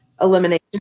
Elimination